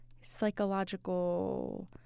psychological